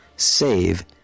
save